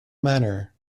manner